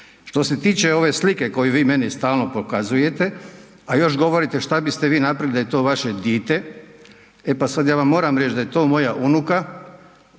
Što se tiče ove slike koju vi meni stalno pokazujete, a još govorite što biste vi napravili da je to vaše dite, e pa sada ja vama moram reći da je to moja unuka